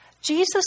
Jesus